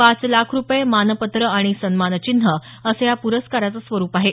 पाच लाख रुपये मानपत्र आणि सन्मानचिन्ह असं या प्रस्काराचं स्वरुप आहे